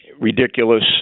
ridiculous